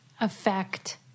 affect